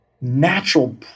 natural